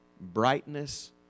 brightness